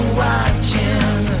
watching